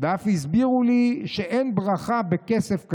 ואף הסבירו לי שאין ברכה בכסף כזה"